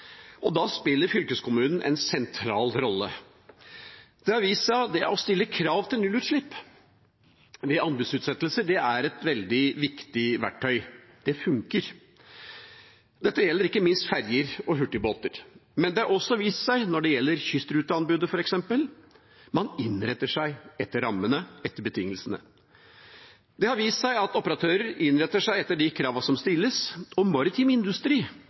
jeg. Da spiller fylkeskommunen en sentral rolle. Det har vist seg at det å stille krav om nullutslipp ved anbudsutsettelse er et veldig viktig verktøy. Det funker. Dette gjelder ikke minst ferjer og hurtigbåter. Men det har også vist seg, når det gjelder kystruteanbudet, f.eks., at man innretter seg etter rammene, etter betingelsene. Det har vist seg at operatører innretter seg etter de kravene som stilles, og maritim industri,